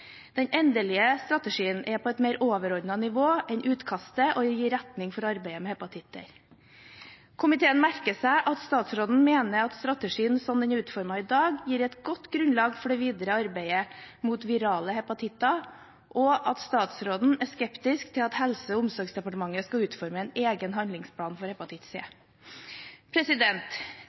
Den endelige strategien er på et mer overordnet nivå enn utkastet og gir retning for arbeidet med hepatitter. Komiteen merker seg at statsråden mener at strategien slik den er utformet i dag, gir et godt grunnlag for det videre arbeidet mot virale hepatitter, og at statsråden er skeptisk til at Helse- og omsorgsdepartementet skal utforme en egen handlingsplan for